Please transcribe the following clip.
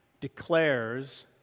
declares